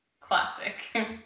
classic